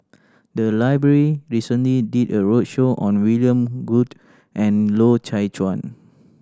the library recently did a roadshow on William Goode and Loy Chye Chuan